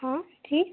हाँ ठीक